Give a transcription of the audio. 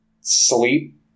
sleep